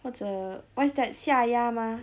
或者 what's the 下压吗